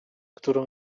którą